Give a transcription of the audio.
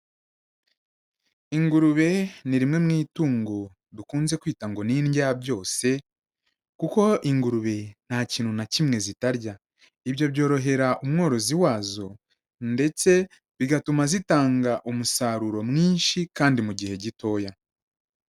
Ingurube ni rimwe mu itungo dukunze kwita ngo n'indyabyose kuko ingurube nta kintu na kimwe zitarya, ibyo byorohera umworozi wazo ndetse bigatuma zitanga umusaruro mwinshi kandi mu gihe gitoya.